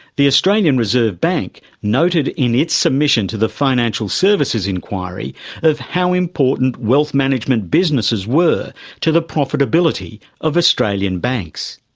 the australian reserve bank noted in its submission to the financial services inquiry of how important wealth management businesses were to the profitability of australian banks.